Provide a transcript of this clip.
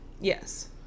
Yes